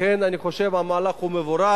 לכן אני חושב שהמהלך מבורך,